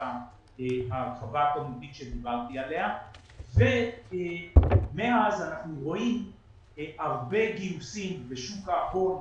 ההרחבה עליה דיברתי ומאז אנחנו רואים הרבה גיוסים בשוק ההון,